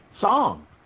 song